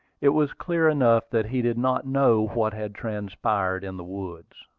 it was clear enough that he did not know what had transpired in the woods.